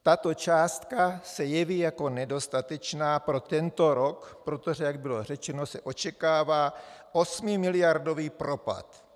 Tato částka se jeví jako nedostatečná pro tento rok, protože se, jak bylo řečeno, očekává osmimiliardový propad.